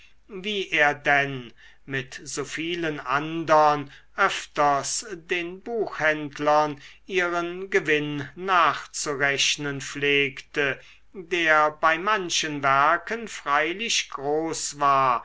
wie er denn mit so vielen andern öfters den buchhändlern ihren gewinn nachzurechnen pflegte der bei manchen werken freilich groß war